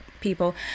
people